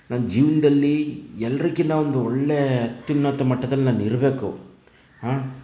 ನನ್ನ ಜೀವನದಲ್ಲಿ ಎಲ್ಲರಿಗಿನ್ನ ಒಂದು ಒಳ್ಳೆಯ ಅತ್ಯುನ್ನತ ಮಟ್ಟದಲ್ಲಿ ನಾನು ಇರಬೇಕು